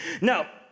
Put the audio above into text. Now